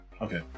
okay